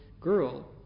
girl